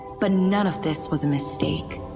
but none of this was a mistake.